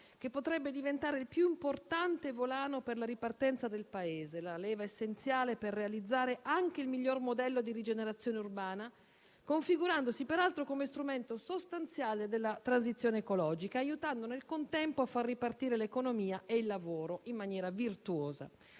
che potrebbe diventare il più importante volano per la ripartenza del Paese e anche la leva essenziale per realizzare il miglior modello di rigenerazione urbana, configurandosi peraltro come strumento sostanziale della transizione ecologica, aiutando nel contempo a far ripartire l'economia e il lavoro in maniera virtuosa.